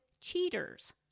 cheaters